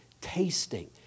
tasting